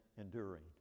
Enduring